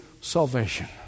salvation